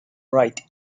right